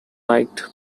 liked